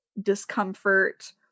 discomfort